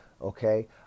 Okay